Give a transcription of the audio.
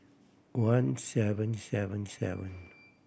one seven seven seven